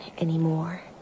anymore